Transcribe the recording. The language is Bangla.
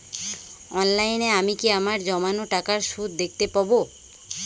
অনলাইনে আমি কি আমার জমানো টাকার সুদ দেখতে পবো?